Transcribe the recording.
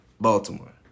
Baltimore